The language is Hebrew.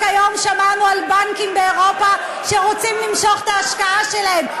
רק היום שמענו על בנקים באירופה שרוצים למשוך את ההשקעה שלהם.